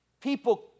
people